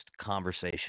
conversation